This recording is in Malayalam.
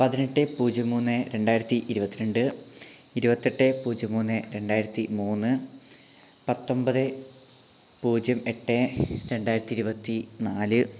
പതിനെട്ട് പൂജ്യം മൂന്ന് രണ്ടായിരത്തിയിരുപത്തിരണ്ട് ഇരുപത്തെട്ട് പൂജ്യം മൂന്ന് രണ്ടായിരത്തിമൂന്ന് പത്തൊൻപത് പൂജ്യം എട്ട് രണ്ടായിരത്തിരുപത്തിനാല്